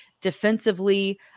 defensively